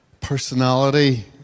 personality